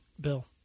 bill